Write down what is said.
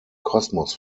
kosmos